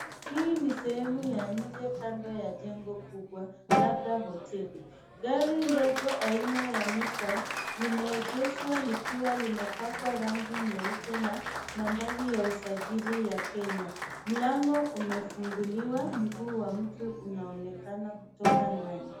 Hii ni sehemu ya nje kando ya jengo kubwa labda hoteli, gari ndogo aina ya nissan limeegeshwa likiwa limepakwa rangi nyeupe na nambari ya usajili ya Kenya. Mlango umefungiliwa, mguu wa mtu unaonekana kutoka ndani.